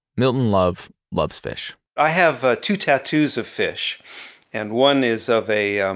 milton love, loves fish i have ah two tattoos of fish and one is of a um